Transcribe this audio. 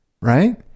right